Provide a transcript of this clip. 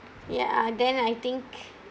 ya then I think